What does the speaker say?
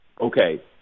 Okay